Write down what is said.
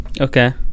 okay